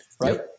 right